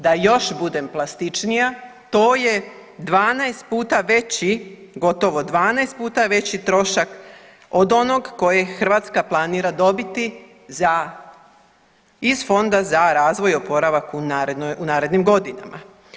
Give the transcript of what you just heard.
Da još budem plastičnija, to je 12 puta veći, gotovo 12 puta veći trošak od onog kojeg Hrvatska planira dobiti za, iz Fonda za razvoj i oporavak u narednim godinama.